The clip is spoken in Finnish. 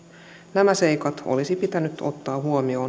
nämä seikat olisi pitänyt ottaa